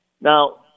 Now